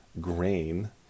grain